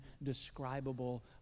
indescribable